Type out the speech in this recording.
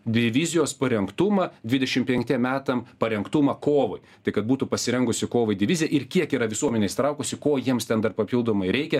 divizijos parengtumą dvidešim penktiem metam parengtumą kovai tai kad būtų pasirengusi kovai divizija ir kiek yra visuomenė įsitraukusi ko jiems ten dar papildomai reikia